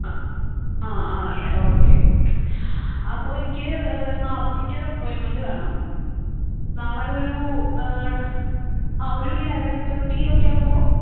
ആ അ ആണല്ലേ ആ ഓക്കെ ഓക്കെ അപ്പോൾ എനിക്ക് നാളത്തേക്കൊരു അപ്പോയിൻറ്മെൻറ് വേണം നാളെ ഒരു ആ ഒരു ലെവൻ തേർട്ടി ഒക്കെ ആകുമ്പോൾ